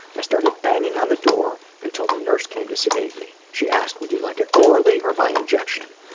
i started banging on the door until the nurse came to sedate me, she asked would you like it orally or by injection?